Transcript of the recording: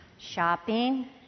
Shopping